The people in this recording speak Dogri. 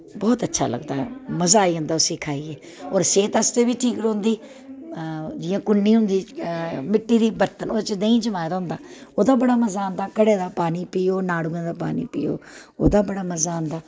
बौह्त अच्छा लगदा ऐ मजा आई जंदा उस्सी खाइयै होर सेह्त आस्तै बी ठीक रौंह्दी जि'यां कु'न्नी होंदी मिट्टी दा बर्तन ओह्दे च देहीं जमाए दा होंदा ओह्दा बड़ा मजा आंदा घड़े दा पानी पियो नाड़ूयें दा पानी पियो ओह्दा बड़ा मजा आंदा